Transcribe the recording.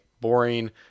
boring